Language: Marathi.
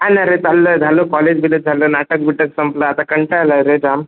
हा ना रे चाललं आहे आहे झालं कॉलेज बिलेज झालं नाटक बिटक संपलं आता कंटायला रे जाम